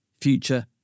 future